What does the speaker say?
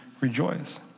rejoice